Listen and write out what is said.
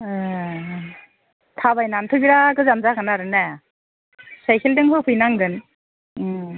ए ए थाबायनानैनोथ' बिराद गोजान जागोन आरो ने साइकेलजों होफैनांगोन